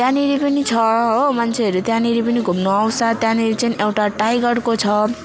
त्यहाँनेरि पनि छ हो मान्छेहरू त्यहाँनेरि पनि घुम्नु आउँछ त्यहाँनेरि चाहिँ एउटा टाइगरको छ